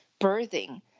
birthing